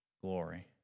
glory